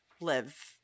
live